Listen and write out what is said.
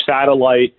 satellite